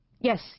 Yes